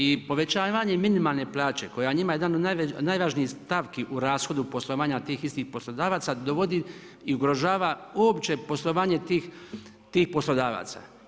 I povećavanjem minimalne plaće koja je njima jedan od najvažnijih stavki u rashodu poslovanja tih istih poslodavaca dovodi i ugrožava uopće poslovanje tih poslodavaca.